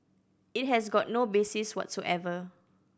it has got no basis whatsoever